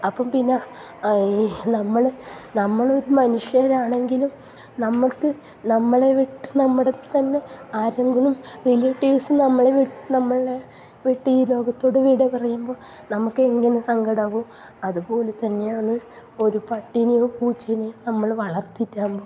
അപ്പം പിന്നെ നമ്മൾ നമ്മൾ ഒരു മനുഷ്യരാണെങ്കിലും നമുക്ക് നമ്മളെ വിട്ട് നമ്മുടെ തന്നെ ആരെങ്കിലും റിലേറ്റീവ്സ് നമ്മളെ വി നമ്മളെ വിട്ട് ഈ ലോകത്തോട് വിട പറയുമ്പോൾ നമുക്ക് എങ്ങനെ സങ്കടമാവോ അതുപോലെ തന്നെയാണ് ഒരു പട്ടീനെയോ പൂച്ചെനെയോ നമ്മൾ വളർത്തിയിട്ടാവുമ്പോൾ